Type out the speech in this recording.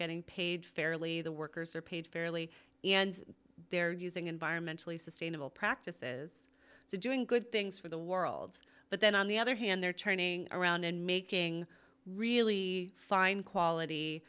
getting paid fairly the workers are paid fairly and they're using environmentally sustainable practices to doing good things for the world but then on the other hand they're turning around and making really fine quality